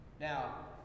now